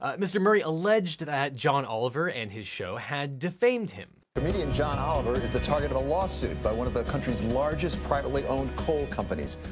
ah mr. murray alleged that john oliver and his show had defamed him. comedian john oliver is the target of a lawsuit by one of the country's largest privately-owned coal companies.